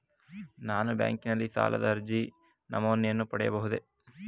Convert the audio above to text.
ನಾನು ಬ್ಯಾಂಕಿನಲ್ಲಿ ಸಾಲದ ಅರ್ಜಿ ನಮೂನೆಯನ್ನು ಪಡೆಯಬಹುದೇ?